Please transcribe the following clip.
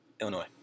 Illinois